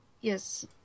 Yes